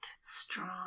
strong